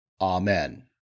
Amen